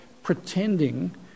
pretending